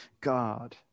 God